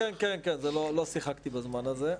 כן, לא שיחקתי בזמן הזה.